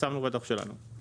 פרסמנו בדוח שלנו.